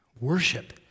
worship